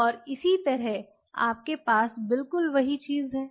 और इसी तरह आपके पास बिल्कुल वही चीज है